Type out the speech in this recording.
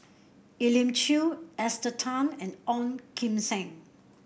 Elim Chew Esther Tan and Ong Kim Seng